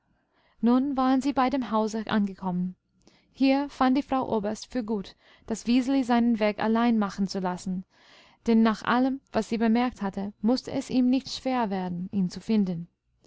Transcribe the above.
nun waren sie bei dem hause angekommen hier fand die frau oberst für gut das wiseli seinen weg allein machen zu lassen denn nach allem was sie bemerkt hatte mußte es ihm nicht schwer werden ihn zu finden